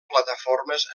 plataformes